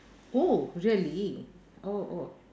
oh really oh oh